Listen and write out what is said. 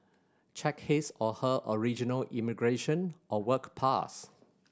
check his or her original immigration or work pass